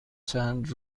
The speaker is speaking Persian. چند